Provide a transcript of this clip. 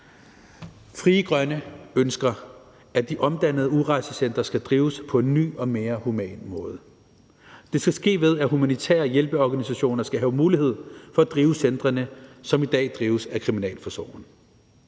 Frie Grønne ønsker, at de omdannede udrejsecentre skal drives på en ny og mere human måde. Det skal ske, ved at humanitære hjælpeorganisationer skal have mulighed for at drive centrene, som i dag drives af kriminalforsorgen.